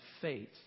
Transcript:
faith